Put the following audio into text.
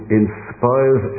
inspires